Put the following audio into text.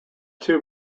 two